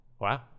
Wow